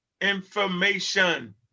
information